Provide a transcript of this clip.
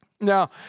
Now